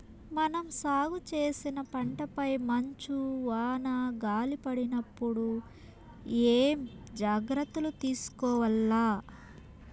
మనం సాగు చేసిన పంటపై మంచు, వాన, గాలి పడినప్పుడు ఏమేం జాగ్రత్తలు తీసుకోవల్ల?